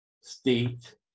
state